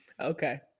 Okay